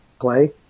play